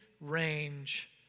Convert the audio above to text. range